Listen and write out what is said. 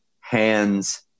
hands